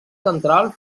central